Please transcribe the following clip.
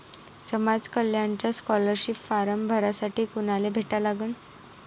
समाज कल्याणचा scholarship form भरासाठी कुनाले भेटा लागन?